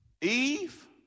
Eve